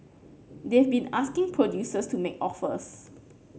they've been asking producers to make offers